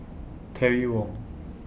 Terry Wong